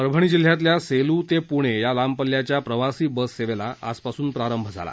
परभणी जिल्ह्यातल्या सेलू ते पुणे या लांबपल्ल्याच्या प्रवासी बस सेवेला आजपासून प्रारंभ झाला